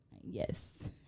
yes